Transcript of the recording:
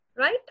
Right